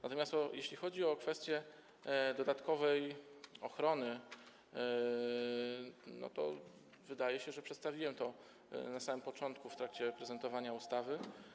Natomiast jeśli chodzi o kwestię dodatkowej ochrony, to wydaje się, że przedstawiłem to na samym początku w trakcie prezentowania ustawy.